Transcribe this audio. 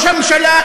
אתה,